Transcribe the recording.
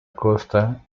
costa